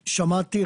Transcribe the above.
"שמעתי,